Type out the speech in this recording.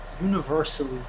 universally